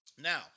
Now